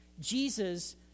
Jesus